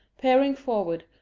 peering forward,